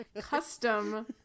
Custom